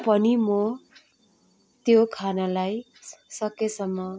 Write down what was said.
पनि मो त्यो खानालाई सकेसम्म